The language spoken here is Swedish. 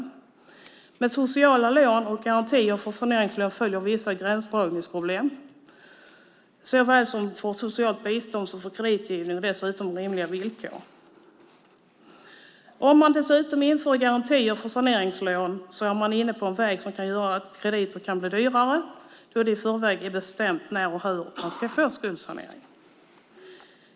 Med sociala lån och garantier för saneringslån följer vissa gränsdragningsproblem, såväl för socialt bistånd som för kreditgivning och dessutom när det gäller rimliga villkor. Om man dessutom inför garantier för saneringslån är man inne på en väg som kan göra att krediter kan bli dyrare, då det i förväg är bestämt när och hur du ska få skuldsanering.